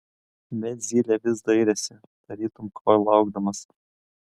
bet zylė vis dairėsi tarytum ko laukdamas